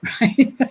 right